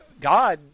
God